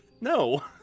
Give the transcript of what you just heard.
no